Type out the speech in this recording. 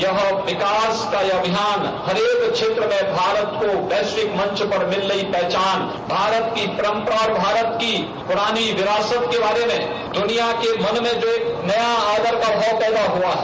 यह विकास का अभियान हरेक क्षेत्र में भारत को वैश्विक मंच पर मिल रही पहचान भारत की परम्पराओं और भारत की पुरानी विरासत के बारे में दुनिया के मन में जो एक नया आदर का भाव पैदा हुआ है